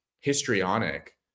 histrionic